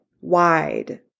wide